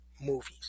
movies